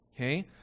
okay